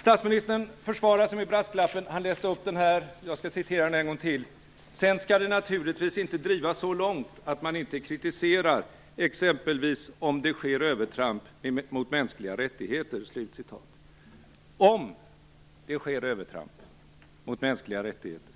Statsministern försvarar sig med brasklappen. Han läste upp den här, och jag skall citera den en gång till: "Sen ska det naturligtvis inte drivas så långt att man inte kritiserar exempelvis om det sker övertramp mot mänskliga rättigheter." Om det sker övertramp mot mänskliga rättigheter.